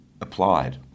applied